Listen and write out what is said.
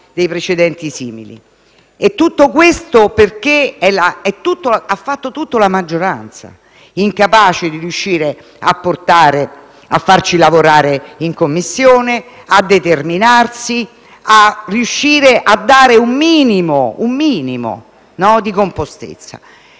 indietro nel tempo. Ha fatto tutto la maggioranza, incapace di riuscire a farci lavorare in Commissione, a determinarsi, a dare un minimo di compostezza.